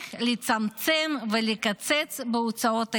להמשיך לצמצם ולקצץ בהוצאות האזרחיות.